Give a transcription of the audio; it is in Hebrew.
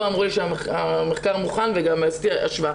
אמרו לי שהמחקר מוכן וגם עשיתי השוואה.